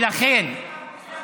גם